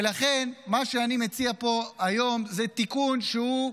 ולכן, מה שאני מציע פה היום הוא תיקון שהוא,